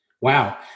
Wow